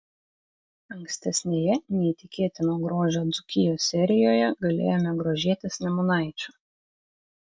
ankstesnėje neįtikėtino grožio dzūkijos serijoje galėjome grožėtis nemunaičiu